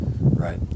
Right